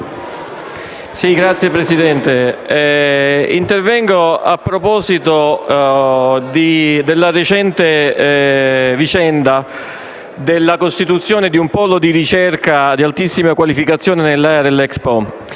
Signora Presidente, intervengo a proposito della recente costituzione di un polo di ricerca di altissima qualificazione nell'area ex Expo.